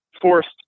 forced